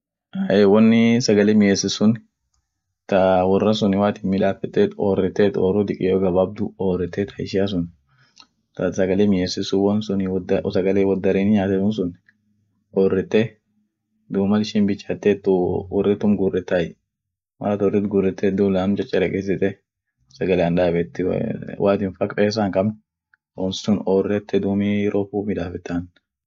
ahey won sagale mieesit sun taa wora sun woat midaafete yet ooreteet ooru dikeyo, gabaabdu ta ishia sun, ta sagale miesite ta wodara sun oorete duum mal ishinbichaatetet woriitu guuretai duub laanum chacharekesite sagalean daabet woat pesa hinkabn wonsun oorete duub midaafetan